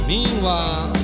Meanwhile